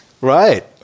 Right